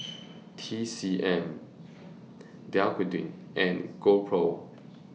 T C M Dequadin and GoPro